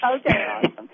Okay